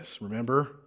remember